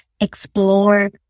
explore